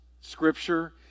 scripture